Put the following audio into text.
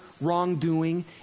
wrongdoing